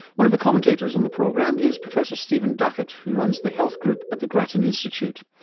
one of the commentators on the program is professor stephen duckett who runs the health group at the grattan institute.